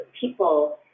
people